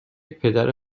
پدر